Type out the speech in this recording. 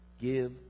Give